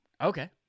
Okay